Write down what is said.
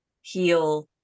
heal